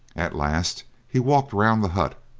at last he walked round the hut,